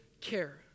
care